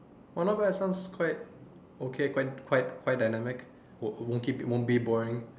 oh not bad sounds okay sounds quite quite quite dynamic won't won't keep won't be boring